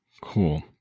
cool